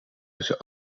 tussen